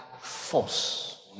force